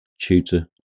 tutor